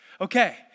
Okay